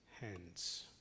hands